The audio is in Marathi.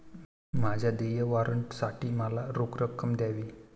माझ्या देय वॉरंटसाठी मला रोख रक्कम द्यावी